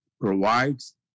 provides